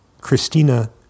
Christina